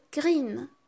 green